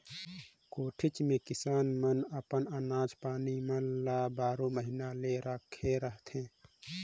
कोठीच मे किसान मन अपन अनाज पानी मन ल बारो महिना ले राखे रहथे